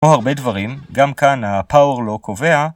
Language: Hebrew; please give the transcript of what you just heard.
או הרבה דברים, גם כאן הפאור לא קובע